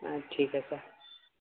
ہاں ٹھیک ہے سر